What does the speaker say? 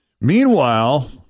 Meanwhile